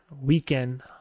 weekend